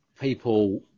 people